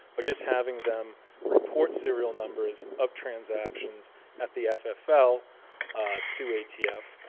but just having them report serial numbers of transactions at the ffl to atf.